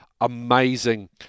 amazing